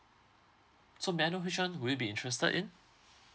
so may I know which one will you be interested in